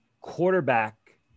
quarterback